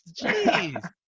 Jeez